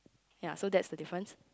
ya so that's the difference